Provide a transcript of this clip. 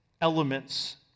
elements